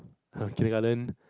kindergarten